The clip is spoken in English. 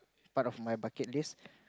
part of my bucket list